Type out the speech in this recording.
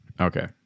Okay